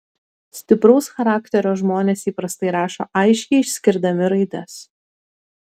stipraus charakterio žmonės įprastai rašo aiškiai išskirdami raides